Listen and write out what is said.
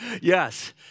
Yes